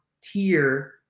tier